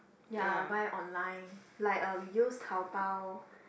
ya buy online like uh use Taobao